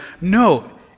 no